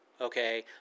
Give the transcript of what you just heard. Okay